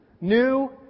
new